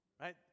right